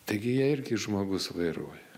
taigi ją irgi žmogus vairuoja